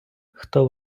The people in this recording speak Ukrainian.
хто